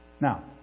now